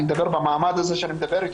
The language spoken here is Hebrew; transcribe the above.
אני מדבר במעמד הזה שאני מדבר איתך.